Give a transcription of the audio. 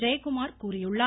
ஜெயக்குமார் கூறியுள்ளார்